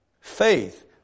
faith